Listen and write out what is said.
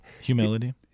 Humility